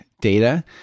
data